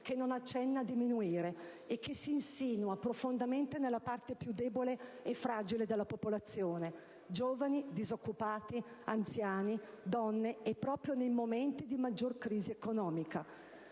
che non accenna a diminuire e che si insinua profondamente nella parte più debole e fragile della popolazione: giovani, disoccupati, anziani, donne, e proprio nei momenti di maggior crisi economica.